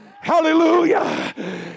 Hallelujah